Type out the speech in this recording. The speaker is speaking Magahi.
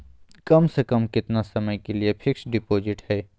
कम से कम कितना समय के लिए फिक्स डिपोजिट है?